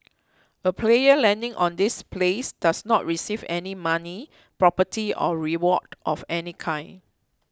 a player landing on this place does not receive any money property or reward of any kind